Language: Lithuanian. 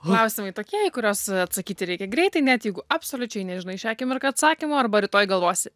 klausimai tokie į kuriuos atsakyti reikia greitai net jeigu absoliučiai nežinai šią akimirką atsakymo arba rytoj galvosime